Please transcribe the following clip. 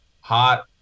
Hot